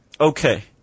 okay